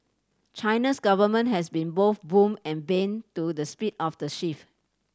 China's government has been both boon and bane to the speed of the shift